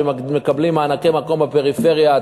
שמקבלים מענקי מקום בפריפריה,